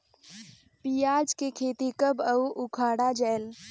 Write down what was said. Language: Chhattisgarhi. पियाज के खेती कब अउ उखाड़ा जायेल?